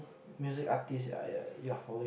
music artist you're you're following